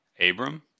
Abram